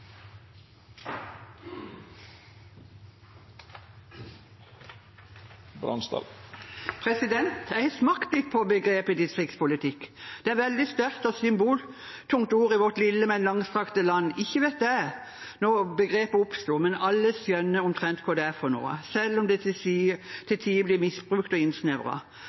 Jeg har smakt litt på begrepet distriktspolitikk. Det er et veldig sterkt og symboltungt ord i vårt lille, men langstrakte land. Ikke vet jeg når begrepet oppsto, men alle skjønner omtrent hva det er for noe, selv om det til tider blir misbrukt og